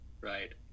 right